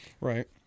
Right